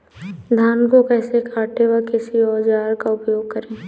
धान को कैसे काटे व किस औजार का उपयोग करें?